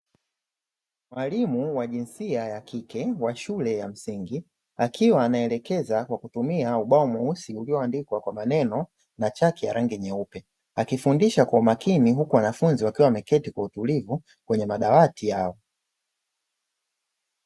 Mwalimu wa jinsia ya kike wa shule ya msingi, akiwa anaelekeza kwa kutumia ubao mweusi ulioandikwa kwa maneno na chaki ya rangi nyeupe, akifundisha kwa umakini huku wanafunzi wakiwa wameketi kwa utulivu kwenye madawati yao.